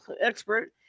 expert